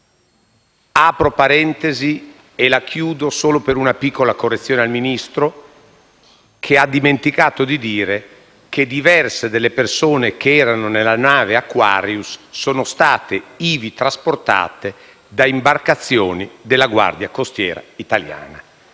Apro una parentesi e la chiudo, solo per una piccola correzione al Ministro che ha dimenticato di dire che diverse delle persone che erano sulla nave Aquarius sono state ivi trasportate da imbarcazioni della Guardia costiera italiana.